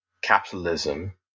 Capitalism